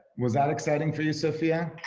was that exciting for you, sofia?